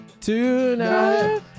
tonight